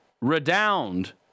redound